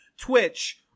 Twitch